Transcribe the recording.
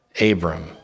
Abram